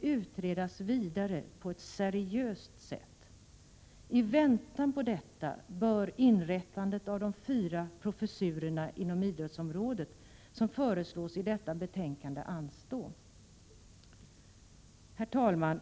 utredas vidare på ett seriöst sätt. I väntan på detta bör inrättandet av de fyra professurerna inom idrottsområdet som föreslås i detta betänkande anstå. Herr talman!